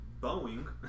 Boeing